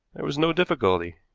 there was no difficulty.